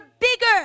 bigger